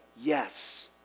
Yes